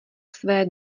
své